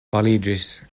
paliĝis